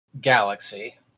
galaxy